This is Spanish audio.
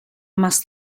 más